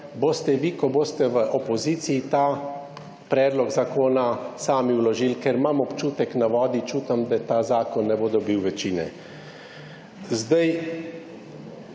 boste vi, ko boste v opoziciji ta predlog zakona sami vložili, ker imam občutek na vodi, čutim da ta zakon ne bo dobil večine.